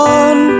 on